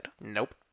Nope